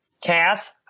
Cass